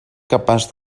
capaç